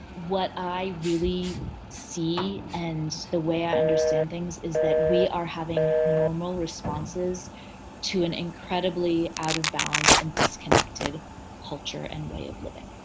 what i really see and the way i understand things is that we are having normal responses to an incredibly out of balance and disconnected culture and way of living.